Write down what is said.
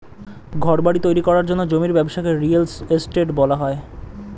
ঘরবাড়ি তৈরি করার জন্য জমির ব্যবসাকে রিয়েল এস্টেট বলা হয়